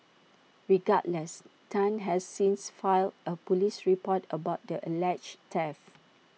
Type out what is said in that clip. regardless Tang has since filed A Police report about the alleged theft